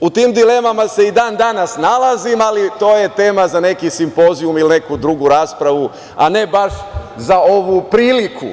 U tim dilemama se i dan danas nalazim, ali to je tema za neki simpozijum ili neku drugu raspravu, a ne baš za ovu priliku.